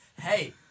Hey